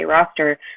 roster